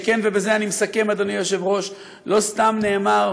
שכן, ובזה אני מסכם אדוני היושב-ראש, לא סתם נאמר